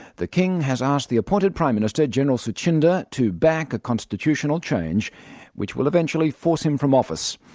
the king has asked the appointed prime minister, general suchinda, to back a constitutional change which will eventually force him from office.